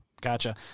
Gotcha